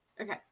Okay